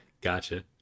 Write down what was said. Gotcha